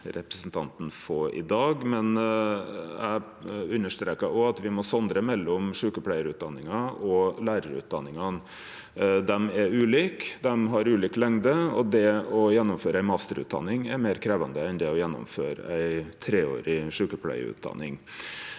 eller nei-svar i dag, men eg understreka òg at me må sondre mellom sjukepleiarutdanninga og lærarutdanningane. Dei er ulike, dei har ulik lengd, og det å gjennomføre ei masterutdanning er meir krevjande enn det å gjennomføre ei treårig sjukepleiarutdanning.